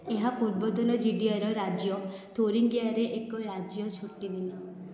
ଏହା ପୂର୍ବତନ ଜିଡିଆର ରାଜ୍ୟ ଥୁରିଙ୍ଗିଆରେ ଏକ ରାଜ୍ୟ ଛୁଟିଦିନ